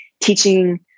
teaching